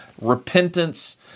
Repentance